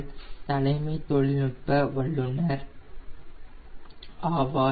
Animesh Paulwall தலைமை தொழில்நுட்ப வல்லுநர் ஆவார்